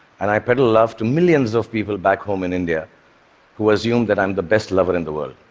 and i peddle love to millions of people back home in india who assume that i'm the best lover in the world.